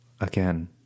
again